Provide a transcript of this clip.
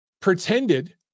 pretended